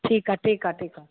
ठीकु आहे ठीकु आहे ठीकु आहे